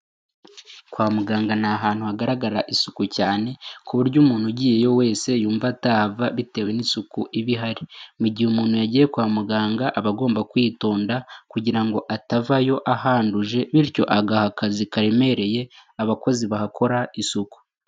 Kwa muganga ni ahantu hagaragara isuku cyane, ku buryo umuntu ugiyeyo wese yumva atahava bitewe n'isuku iba ihari. Mu gihe umuntu yagiye kwa muganga aba agomba kwitonda kugira ngo atavayo ahanduje bityo agaha akazi karemereye abakozi bahakora isuku.